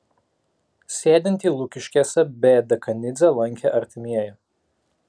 sėdintį lukiškėse b dekanidzę lankė artimieji